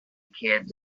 kids